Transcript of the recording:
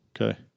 Okay